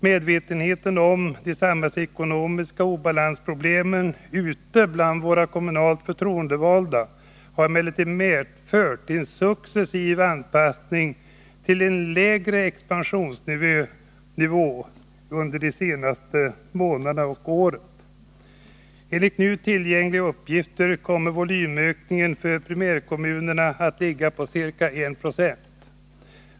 Medvetenheten om de samhällsekonomiska obalansproblemen ute bland våra kommunalt förtroendevalda har emellertid medfört en successiv anpassning till en lägre expansionsnivå under det senaste året. Enligt nu tillgängliga uppgifter kommer volymökningen för primärkommunerna att ligga på ca 1 20.